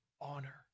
honor